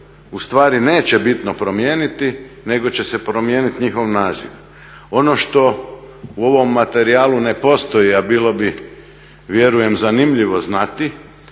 ustvari neće bitno promijeniti nego će se promijeniti njihov naziv. Ono što u ovom materijalu ne postoji, a bilo bi vjerujem zanimljivo znati